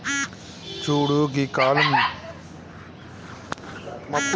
చూడు గీ కాలంలో మేకపాలు సానా ఎక్కువ ఉత్పత్తి చేస్తున్నాయి మనం కూడా మేకలని పెంచుదాం